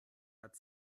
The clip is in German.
hat